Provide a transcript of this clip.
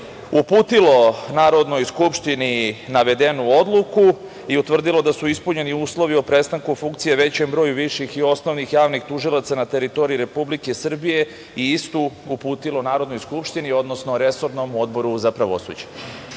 uputilo Narodnoj skupštini navedenu odluku i utvrdilo da su ispunjeni uslovi o prestanku funkcije većem broju viših i osnovnih javnih tužilaca na teritoriji Republike Srbije i istu uputilo Narodnoj skupštini, odnosno resornom Odboru za pravosuđe.S